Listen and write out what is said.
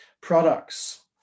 products